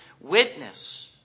witness